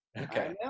okay